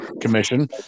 Commission